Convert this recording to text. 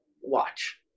watch